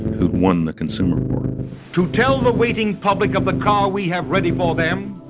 who'd won the consumer war to tell the waiting public of the car we have ready for them,